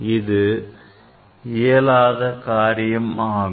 அது இயலாத காரியமாகும்